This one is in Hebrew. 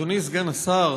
אדוני סגן השר,